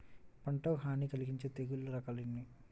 పంటకు హాని కలిగించే తెగుళ్ళ రకాలు ఎన్ని?